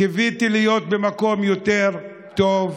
קיוויתי להיות במקום יותר טוב,